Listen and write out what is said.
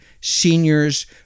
seniors